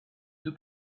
deux